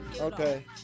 Okay